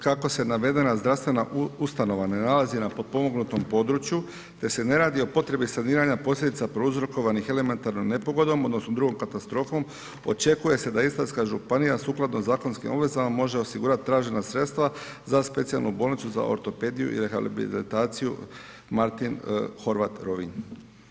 Kako se navedena zdravstvena ustanova ne nalazi na potpomognutom području te se ne radi o potrebi saniranja posljedica prouzrokovanih elementarnom nepogodom odnosno drugom katastrofom očekuje se da Istarska županija sukladno zakonskim ovlastima može osigurati tražena sredstva za Specijalnu bolnicu za ortopediju i rehabilitaciju Martin Horvat, Rovinj.